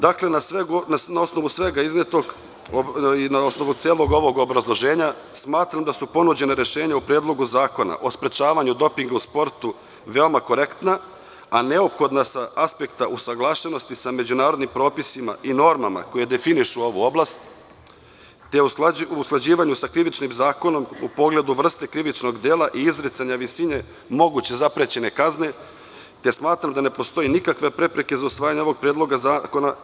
Dakle, na osnovu svega iznetog i na osnovu celog obrazloženja, smatram da su ponuđena rešenja u Predlogu zakona o sprečavanju dopinga u sportu veoma korektna, a neophodna sa aspekta usaglašenosti, sa međunarodnim propisima i normama koje definišu ovu oblast, te i usklađivanju sa Krivičnim zakonom u pogledu vrste krivičnog dela i izricanja visine moguće zaprećene kazne, gde smatram da ne postoji nikakva prepreka za usvajanje ovog predloga zakona.